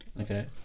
Okay